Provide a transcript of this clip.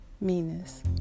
meanness